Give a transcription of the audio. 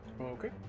Okay